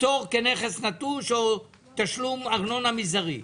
פטור כנכס נטוש או תשלום ארנונה מזערי".